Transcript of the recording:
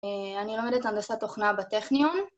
אני לומדת הנדסת תוכנה בטכניון